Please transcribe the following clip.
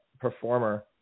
performer